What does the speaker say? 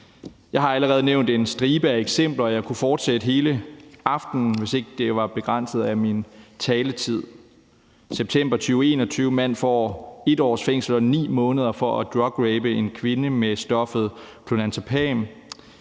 Jeg har allerede nævnt en stribe af eksempler, og jeg kunne fortsætte hele aftenen, hvis ikke det var begrænset af min taletid. I september 2021 får en mand 1 års fængsel og 9 måneder for at drugrape en kvinde med stoffet clonazepam.